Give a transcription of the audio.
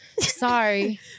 Sorry